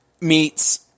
meets